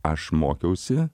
aš mokiausi